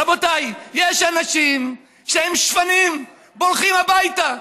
רבותיי, יש אנשים שהם שפנים, בורחים הביתה.